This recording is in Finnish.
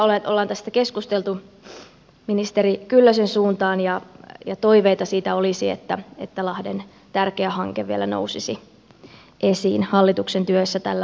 olemme tästä keskustelleet ministeri kyllösen suuntaan ja toiveita siitä olisi että lahden tärkeä hanke vielä nousisi esiin hallituksen työssä tällä vaalikaudella